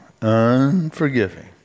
unforgiving